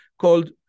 called